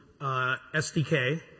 SDK